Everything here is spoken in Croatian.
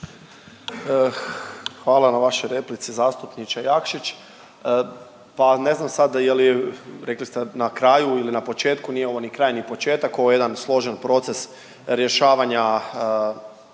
Hvala na vašoj replici zastupniče Jakšić. Pa ne znam sad je li, rekli ste na kraju ili na početku, nije ovo ni kraj, ni početak ovo je jedan složen proces rješavanja